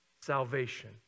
salvation